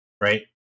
right